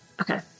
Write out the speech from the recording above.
Okay